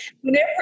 Whenever